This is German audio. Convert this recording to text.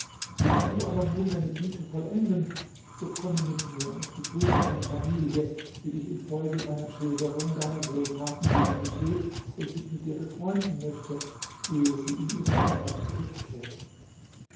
willst du aber nun deine güte vollenden so komme mit mir und begrüße meine familie die dich infolge meiner schilderung deiner wohltaten gegen mich hebt und sich mit dir befreunden möchte ehe sie in ihre heimat zurückkehrt